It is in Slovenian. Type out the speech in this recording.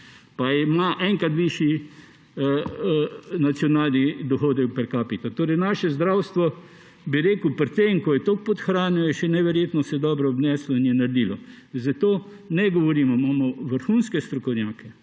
pa ima enkrat višji nacionalni dohodek per capita. Torej naše zdravstvo pri tem, ko je toliko podhranjeno, se je še neverjetno dobro obneslo in je naredilo. Zato ne govorimo. Imamo vrhunske strokovnjake,